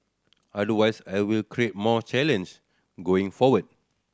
otherwise I will create more challenge going forward